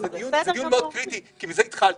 זה דיון מאוד קריטי כי בזה התחלתי.